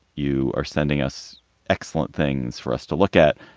you are sending us excellent things for us to look at.